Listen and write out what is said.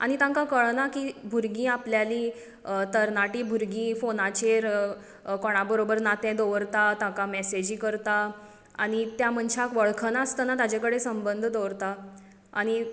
आनी तांकां कळना की भुरगीं आपल्यांली तरणाटीं भुरगीं फोनाचेर कोणा बरोबर नातें दवरतात ताका मॅसेजी करता आनी त्या मनशाक वळख नासतना ताचें कडेन संबंध दवरतात आनी